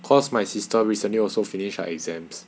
cause my sister recently also finished her exams